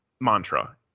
mantra